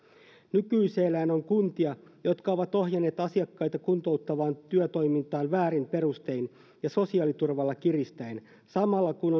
nykyisellään on kuntia jotka ovat ohjanneet asiakkaita kuntouttavaan työtoimintaan väärin perustein ja sosiaaliturvalla kiristäen samalla kun